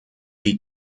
die